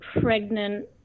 pregnant